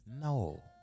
No